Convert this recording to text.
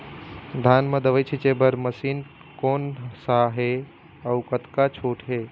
धान म दवई छींचे बर मशीन कोन सा हे अउ कतका छूट हे?